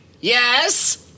Yes